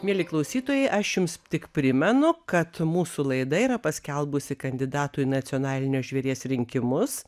mieli klausytojai aš jums tik primenu kad mūsų laida yra paskelbusi kandidatų į nacionalinio žvėries rinkimus